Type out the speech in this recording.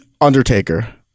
Undertaker